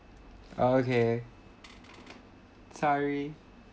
oh okay sorry